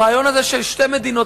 הרעיון הזה של שתי מדינות,